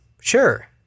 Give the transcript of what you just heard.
Sure